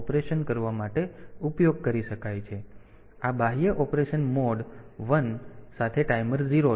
તેથી આ બાહ્ય ઓપરેશન મોડ 1 સાથે ટાઈમર 0 છે